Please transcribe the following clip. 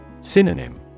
Synonym